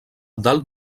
dalt